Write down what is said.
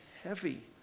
heavy